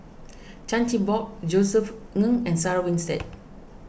Chan Chin Bock Josef Ng and Sarah Winstedt